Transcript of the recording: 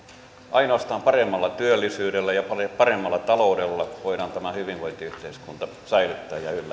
ainoastaan paremmalla työllisyydellä ja paremmalla taloudella voidaan tämä hyvinvointiyhteiskunta säilyttää ja ylläpitää